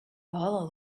all